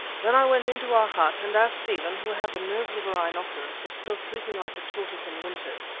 then i went into our hut, and as stephen, who had the nerves of a rhinoceros, was still sleeping like a tortoise in winter,